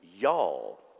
Y'all